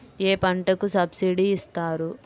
ఏ పంటకు సబ్సిడీ ఇస్తారు?